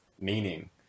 meaning